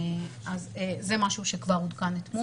זה משהו שכבר עודכן אתמול.